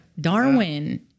Darwin